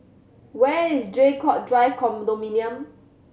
where is Draycott Drive Condominium